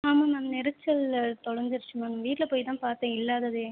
ஆமாம் மேம் நெரிசலில் தொலைஞ்சிருச்சி மேம் வீட்டில் போய் தான் பார்த்தேன் இல்லாததே